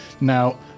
now